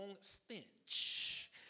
stench